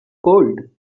cold